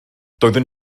doeddwn